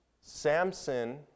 Samson